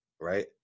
right